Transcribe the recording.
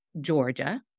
Georgia